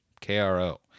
K-R-O